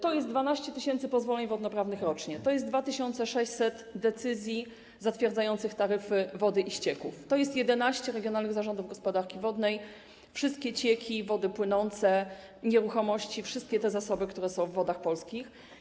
Tu chodzi o 12 tys. pozwoleń wodnoprawnych rocznie, 2600 decyzji zatwierdzających taryfy wody i ścieków, 11 regionalnych zarządów gospodarki wodnej, wszystkie cieki, wody płynące, nieruchomości, wszystkie zasoby, które są w Wodach Polskich.